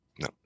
No